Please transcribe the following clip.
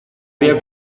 veo